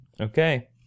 Okay